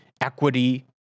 equity